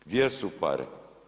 Gdje su pare?